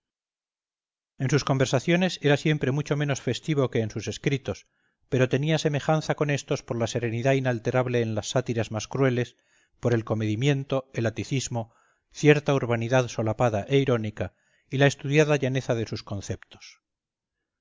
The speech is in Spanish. en sus conversaciones era siempre mucho menos festivo que en sus escritos pero tenía semejanza con éstos por la serenidad inalterable en las sátiras más crueles por el comedimiento el aticismo cierta urbanidad solapada e irónica y la estudiada llaneza de sus conceptos